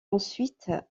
ensuite